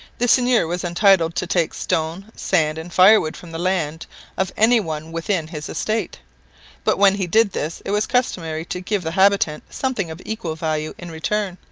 the seigneur was entitled to take stone, sand, and firewood from the land of any one within his estate but when he did this it was customary to give the habitant something of equal value in return.